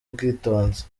ubwitonzi